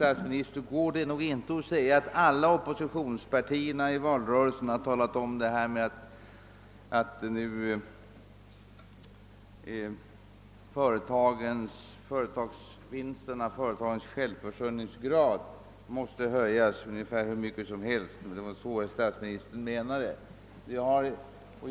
Det går nog inte att säga, herr statsminister, att alla oppositionspartierna under valrörelsen har talat om att företagens självfinansieringsgrad nu måste höjas med ungefär hur mycket som helst — om det var så herr statsministern menade.